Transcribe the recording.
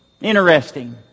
Interesting